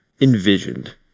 Envisioned